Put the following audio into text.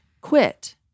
quit